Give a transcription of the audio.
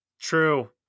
True